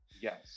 Yes